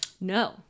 No